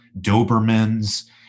doberman's